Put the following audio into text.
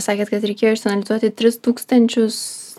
sakėt kad reikėjo išsianalizuoti tris tūkstančius